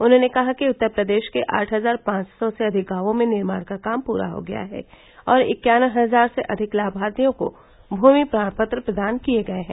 उन्होंने कहा कि उत्तर प्रदेश के आठ हजार पांच सौ से अधिक गांवों में निर्माण का काम पूरा हो गया है और इक्यावन हजार से अधिक लाभार्थियों को भूमि प्रमाणपत्र प्रदान किए गए हैं